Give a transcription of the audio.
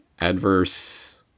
adverse